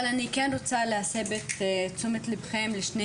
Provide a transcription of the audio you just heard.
אבל אני כן רוצה להסב את תשומת ליבכם לשני